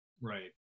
Right